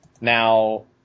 Now